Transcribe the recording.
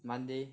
Monday